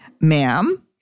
ma'am